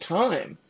time